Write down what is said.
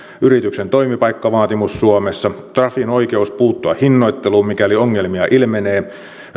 yrityksen toimipaikkavaatimus suomessa trafin oikeus puuttua hinnoitteluun mikäli ongelmia ilmenee